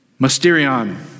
Mysterion